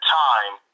time